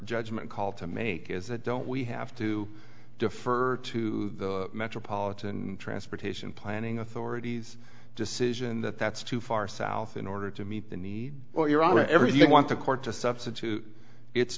judgment call to make is that don't we have to defer to the metropolitan transportation planning authorities decision that that's too far south in order to meet the need or you're everything went to court to substitute it